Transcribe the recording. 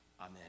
amen